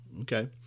Okay